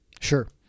Sure